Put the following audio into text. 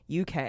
UK